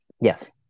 Yes